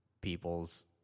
people's